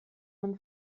man